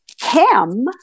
hem